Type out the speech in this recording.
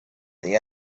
the